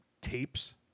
tapes